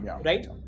right